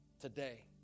today